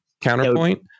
counterpoint